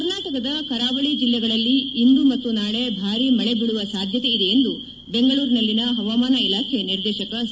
ಕರ್ನಾಟಕದ ಕರಾವಳಿ ಜಿಲ್ಲೆಗಳಲ್ಲಿ ಇಂದು ಮತ್ತು ನಾಳಿ ಭಾರೀ ಮಳೆ ಬೀಳುವ ಸಾಧ್ಯತೆ ಇದೆ ಎಂದು ಬೆಂಗಳೂರಿನಲ್ಲಿನ ಹವಾಮಾನ ಇಲಾಖೆ ನಿರ್ದೇಶಕ ಸಿ